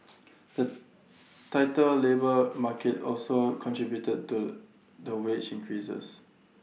the tighter labour market also contributed to the wage increases